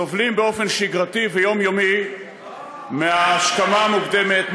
סובלים באופן שגרתי ויומיומי מההשכמה המוקדמת,